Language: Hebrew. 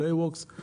של awacs,